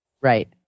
Right